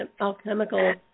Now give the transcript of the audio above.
alchemical